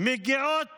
מגיעים